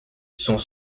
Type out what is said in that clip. sont